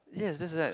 yes that's right